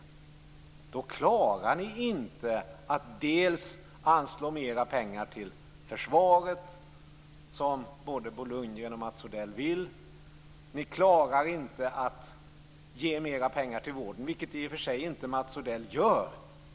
Då klarar ni inte att dels anslå mer pengar till försvaret, som både Bo Lundgren och Mats Odell vill, dels ge mer pengar till vården, vilket i och för sig inte Mats Odell gör.